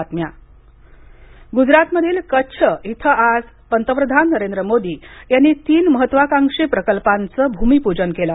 पंतप्रधान गुजरातमधील कच्छ इथं आज पंतप्रधान नरेंद्र मोदी यांनी तीन महत्त्वाकांशी प्रकल्पांच भूमिपूजन केलं